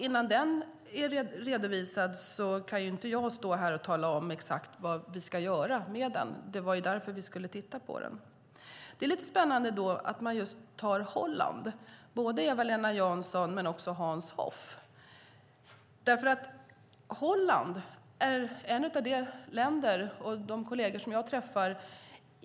Innan den är redovisad kan jag inte tala om vad vi ska göra, för det är ju därför vi tittar på det. Det är spännande att både Eva-Lena Jansson och Hans Hoff tar upp just Holland.